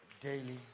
daily